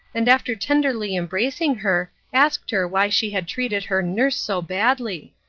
and after tenderly embracing her, asked her why she had treated her nurse so badly.